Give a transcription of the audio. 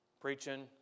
preaching